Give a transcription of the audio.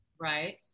Right